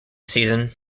season